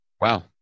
Wow